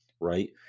Right